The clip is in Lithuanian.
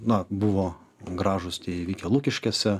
na buvo gražūs tie įvykiai lukiškėse